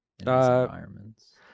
environments